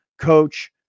Coach